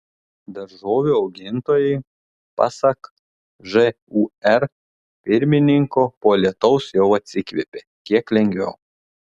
daržovių augintojai pasak žūr pirmininko po lietaus jau atsikvėpė kiek lengviau